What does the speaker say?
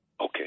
Okay